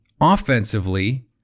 offensively